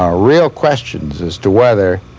ah real questions as to whether